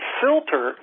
filter